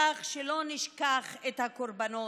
כך שלא נשכח את הקורבנות.